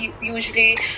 usually